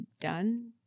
done